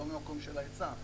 לא ממקום של ההיצע.